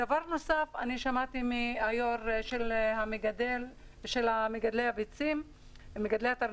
דבר נוסף, שמעתי מהיו"ר של מגדלי העופות לגבי